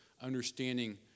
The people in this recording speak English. understanding